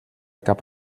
cap